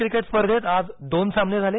cricket स्पर्धेत आज दोन सामने झाले